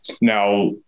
Now